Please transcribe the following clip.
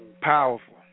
Powerful